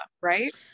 right